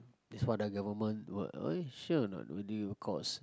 that's what our government w~ eh sure or not renew your course